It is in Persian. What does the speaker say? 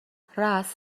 رآس